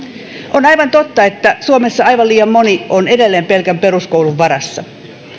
on aivan totta että suomessa aivan liian moni on edelleen pelkän peruskoulun varassa